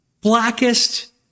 blackest